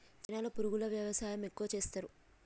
చైనాలో పురుగుల వ్యవసాయం ఎక్కువగా చేస్తరు